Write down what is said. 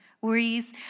worries